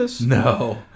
No